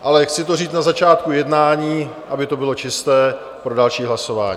Ale chci to říct na začátku jednání, aby to bylo čisté pro další hlasování.